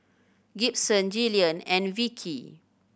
Gibson Jillian and Vickey